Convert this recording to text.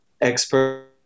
expert